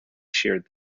sheared